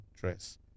dress